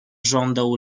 żądeł